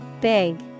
Big